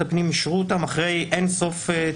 הפנים אישרו אחרי אין-סוף תיקונים.